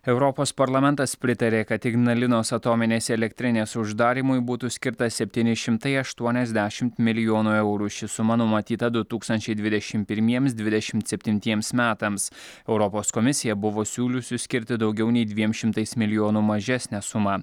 europos parlamentas pritarė kad ignalinos atominės elektrinės uždarymui būtų skirta septyni šimtai aštuoniasdešimt milijonų eurų ši suma numatyta du tūkstančiai dvidešim pirmiems dvidešimt septintiems metams europos komisija buvo siūliusi skirti daugiau nei dviem šimtais milijonų mažesnę sumą